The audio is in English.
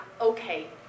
okay